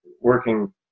working